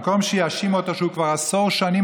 במקום שיאשימו אותו שהוא כבר עשרות שנים